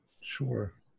sure